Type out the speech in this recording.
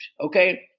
okay